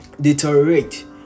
deteriorate